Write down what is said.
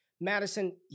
Madison